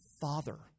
father